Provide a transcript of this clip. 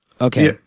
okay